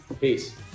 Peace